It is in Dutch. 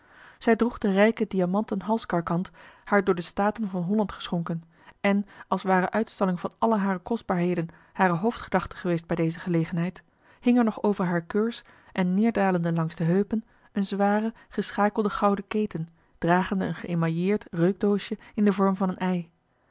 zij droeg de rijke diamanten halscarkant haar door de staten van holland geschonken en als ware uitstalling van alle hare kostbaarheden hare hoofdgedachte geweest bij deze gelegenheid hing er nog over hare keurs en neêrdalende langs de heupen een zware geschakelde gouden keten dragende een geëmailleerd reukdoosje in den vorm van een